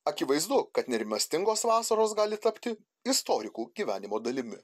akivaizdu kad nerimastingos vasaros gali tapti istorikų gyvenimo dalimi